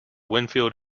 winfield